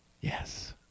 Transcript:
yes